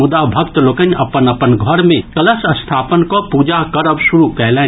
मुदा भक्त लोकनि अपन अपन घर मे कलश स्थापन कऽ पूजा करब शुरू कयलनि